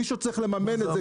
מישהו צריך לממן את זה,